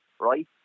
right